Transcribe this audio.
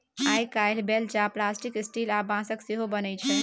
आइ काल्हि बेलचा plastic, steel आ बाँसक सेहो बनै छै